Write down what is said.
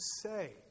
say